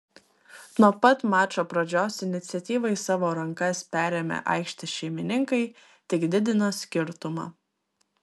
nuo pat mačo pradžios iniciatyvą į savo rankas perėmę aikštės šeimininkai tik didino skirtumą